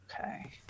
Okay